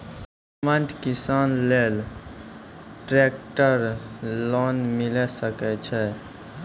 सीमांत किसान लेल ट्रेक्टर लोन मिलै सकय छै?